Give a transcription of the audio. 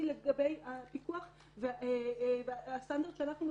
לגבי הפיקוח על הסטנדרט שאנחנו מפעילים,